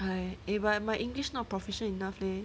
I eh but my english not proficient enough leh